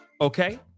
Okay